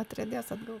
atriedės atgal